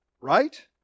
right